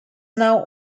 now